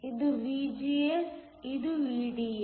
ಇದು VGS ಇದು VDS